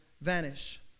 vanish